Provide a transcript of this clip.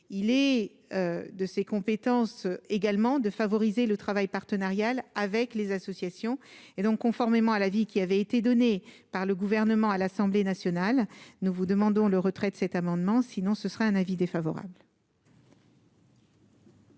il est de ces compétences également de favoriser le travail partenarial avec les associations et donc conformément à la vie, qui avait été donné par le gouvernement à l'Assemblée nationale, nous vous demandons le retrait de cet amendement, sinon ce serait un avis défavorable.